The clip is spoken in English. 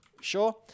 Sure